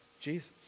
Jesus